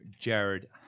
Jared